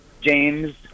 James